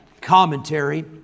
commentary